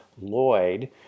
Lloyd